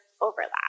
overlap